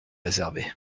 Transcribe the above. réservé